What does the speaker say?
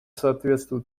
соответствует